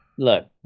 Look